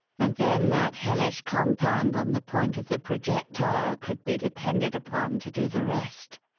and then that hellish compound on the point of the projectile could be depended upon to do the rest.